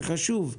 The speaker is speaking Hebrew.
זה חשוב.